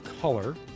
color